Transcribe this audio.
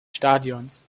stadions